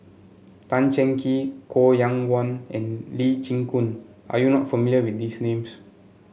Tan Cheng Kee Koh Yong Guan and Lee Chin Koon are you not familiar with these names